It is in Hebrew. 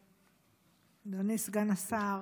אדוני סגן השר,